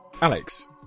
Alex